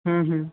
হুম হুম